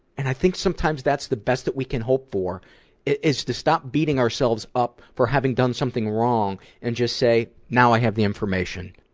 and i think sometimes that's the best that we can hope for is to stop beating ourselves up for having done something wrong and just say, now i have the information.